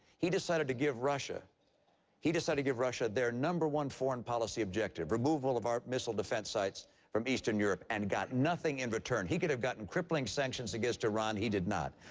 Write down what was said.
he decided to give russia he decided to give russia their number one foreign policy objective, removal of our missile defense sites from eastern europe and got nothing in return. he could have gotten crippling sanctions against iran. he did not.